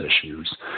issues